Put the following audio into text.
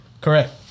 Correct